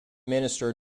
minister